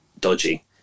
dodgy